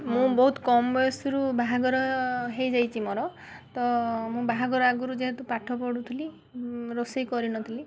ମୁଁ ବହୁତ କମ୍ ବୟସରୁ ବାହାଘର ହେଇଯାଇଛି ମୋର ତ ମୁଁ ବାହାଘର ଆଗରୁ ଯେହେତୁ ପାଠ ପଢ଼ୁଥିଲି ରୋଷେଇ କରିନଥିଲି